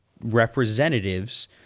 representatives